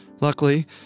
Luckily